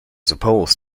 supposed